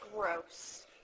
gross